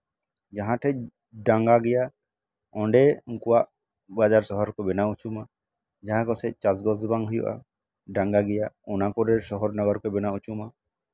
ᱡᱟᱦᱟᱸᱴᱷᱮᱱ ᱰᱟᱝᱜᱟ ᱜᱮᱭᱟ ᱚᱸᱰᱮ ᱩᱱᱠᱩᱣᱟᱜ ᱵᱟᱡᱟᱨ ᱥᱚᱦᱚᱨ ᱠᱚ ᱵᱮᱱᱟᱣ ᱦᱚᱪᱚᱜ ᱡᱟᱦᱟᱸ ᱠᱚᱥᱮᱡ ᱪᱟᱥᱼᱵᱟᱥ ᱜᱮ ᱵᱟᱝ ᱦᱩᱭᱩᱜᱼᱟ ᱰᱟᱝᱜᱟ ᱜᱮᱭᱟ ᱚᱱᱟ ᱠᱚᱨᱮᱜ ᱥᱚᱦᱚᱨ ᱱᱚᱜᱚᱨ ᱠᱚ ᱵᱮᱱᱟᱣ ᱦᱚᱪᱚᱜ ᱢᱟ